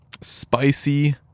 spicy